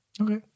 Okay